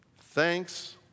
Thanks